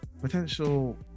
potential